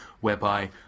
Whereby